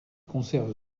conserve